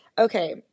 Okay